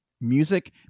music